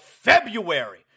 February